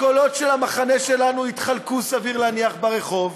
הקולות של המחנה שלנו יתחלקו, סביר להניח, ברחוב,